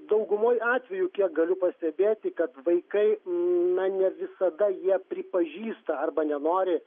daugumoj atvejų kiek galiu pastebėti kad vaikai na ne visada jie pripažįsta arba nenori